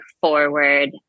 forward